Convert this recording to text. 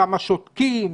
שם שותקים,